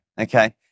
okay